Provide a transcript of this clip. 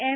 એમ